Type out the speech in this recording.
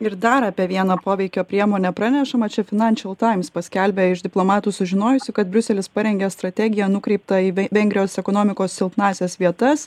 ir dar apie vieną poveikio priemonę pranešama čia finančial taims paskelbė iš diplomatų sužinojusi kad briuselis parengė strategiją nukreiptą į ve vengrijos ekonomikos silpnąsias vietas